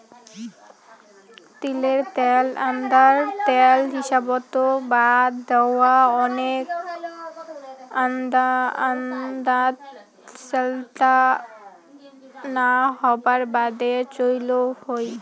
তিলের ত্যাল আন্দার ত্যাল হিসাবত বাদ দিয়াও, ওনেক আন্দাত স্যালটা না হবার বাদে চইল হই